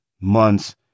Months